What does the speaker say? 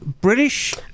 British